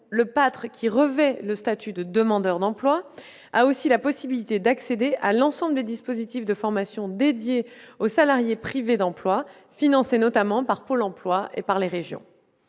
le pâtre, qui revêt le statut de demandeur d'emploi, a aussi la possibilité d'accéder à l'ensemble des dispositifs de formation dédiés aux salariés privés d'emploi, financés notamment par Pôle emploi et par les régions.